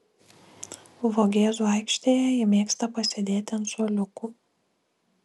vogėzų aikštėje ji mėgsta pasėdėti ant suoliukų